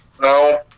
No